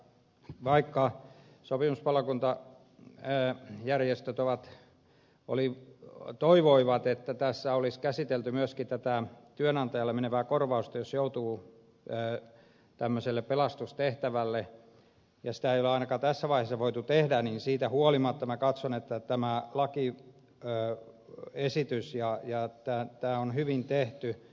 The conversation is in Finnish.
vaikka savin palokunta eräät järjestöt ovat oli sopimuspalokuntajärjestöt toivoivat että tässä olisi käsitelty myöskin tätä työnantajalle menevää korvausta jos joutuu tämmöiselle pelastustehtävälle ja sitä ei ole ainakaan tässä vaiheessa voitu tehdä niin siitä huolimatta minä katson että tämä laki käy esitys ja jättää lakiesitys on hyvin tehty